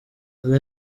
ibi